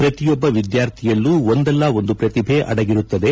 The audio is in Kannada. ಪ್ರತಿಯೊಬ್ಬ ವಿದ್ಯಾರ್ಥಿಯಲ್ಲೂ ಒಂದಲ್ಲ ಒಂದು ಪ್ರತಿಭೆ ಅಡಗಿರುತ್ತದೆ